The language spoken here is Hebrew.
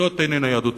זאת איננה יהדות.